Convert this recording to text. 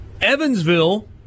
Evansville